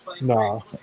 No